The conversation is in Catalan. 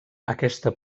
aquesta